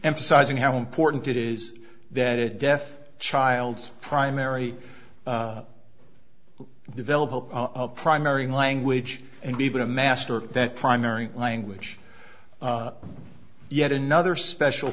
emphasizing how important it is that a death child's primary develop a primary language and be able to master that primary language yet another special